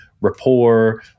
rapport